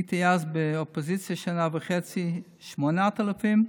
הייתי אז באופוזיציה שנה וחצי, 8,000,